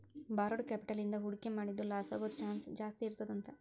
borrowed capital ಇಂದಾ ಹೂಡ್ಕಿ ಮಾಡಿದ್ದು ಲಾಸಾಗೊದ್ ಚಾನ್ಸ್ ಜಾಸ್ತೇಇರ್ತದಂತ